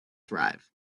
thrive